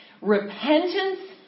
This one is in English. repentance